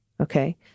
Okay